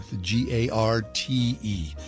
G-A-R-T-E